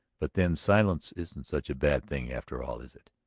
but then silence isn't such a bad thing after all, is it?